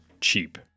cheap